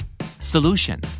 solution